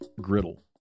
Griddle